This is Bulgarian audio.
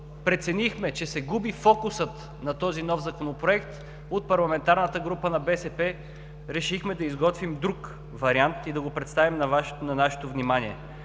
преценихме, че се губи фокусът на този нов законопроект, от парламентарната група на БСП решихме да изготвим друг вариант и да го представим на Вашето внимание.